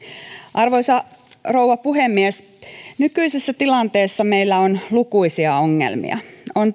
arvoisa rouva puhemies nykyisessä tilanteessa meillä on lukuisia ongelmia on